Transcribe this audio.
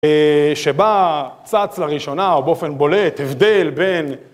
שבה צץ לראשונה, או באופן בולט, הבדל בין